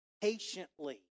patiently